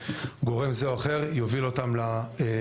ושגורם זה או אחר יוביל אותם למתקן